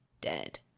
dead